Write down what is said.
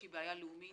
היא בעיה לאומית.